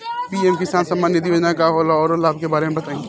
PM किसान सम्मान निधि योजना का होला औरो लाभ के बारे में बताई?